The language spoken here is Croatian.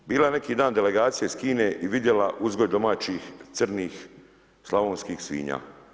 Bila je neki dan delegacija iz Kine i vidjela uzgoj domaćih crnih slavonskih svinja.